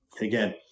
Again